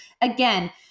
again